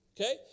Okay